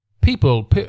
people